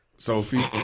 Sophie